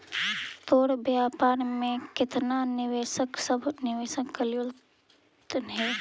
तोर व्यापार में केतना निवेशक सब निवेश कयलथुन हे?